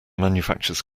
manufactures